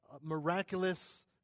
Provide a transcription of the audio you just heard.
miraculous